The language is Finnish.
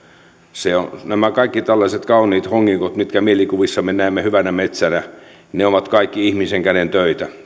nämä tällaiset kauniit hongikot mitkä mielikuvissamme näemme hyvänä metsänä ovat kaikki ihmisen käden töitä